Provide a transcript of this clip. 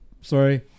sorry